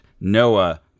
Noah